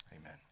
Amen